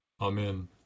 Amen